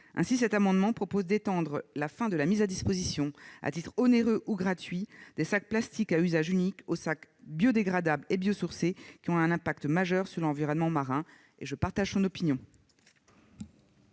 Aussi, M. Brisson propose d'étendre la fin de la mise à disposition, à titre onéreux ou gratuit, des sacs plastiques à usage unique aux sacs biodégradables et biosourcés, qui ont un impact majeur sur l'environnement marin. Je partage son opinion.